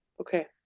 okay